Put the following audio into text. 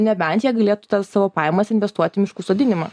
nebent jie galėtų tas savo pajamas investuoti į miškų sodinimą